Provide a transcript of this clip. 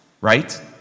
Right